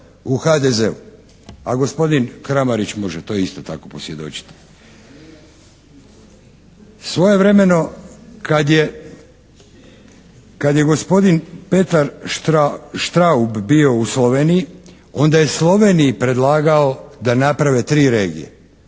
u HDZ-u. A gospodin Kramarić može to isto tako posvjedočiti. Svojevremeno kad je gospodin Petar Štraub bio u Sloveniji onda je Sloveniji predlagao da naprave 3 regije.